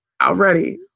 already